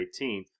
18th